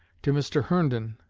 to mr. herndon,